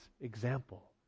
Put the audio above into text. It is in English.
example